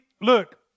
look